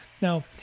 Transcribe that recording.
Now